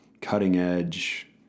cutting-edge